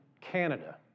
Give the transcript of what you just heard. Canada